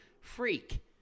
freak